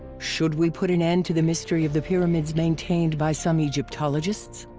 should we put an end to the mystery of the pyramids maintained by some egyptologists?